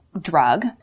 drug